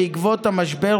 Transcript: בעקבות המשבר,